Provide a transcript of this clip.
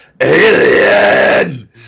Alien